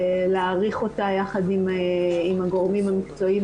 להאריך אותה יחד עם הגורמים המקצועיים